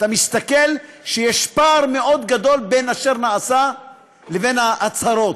אתה מסתכל שיש פער מאוד גדול בין אשר נעשה לבין ההצהרות.